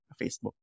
Facebook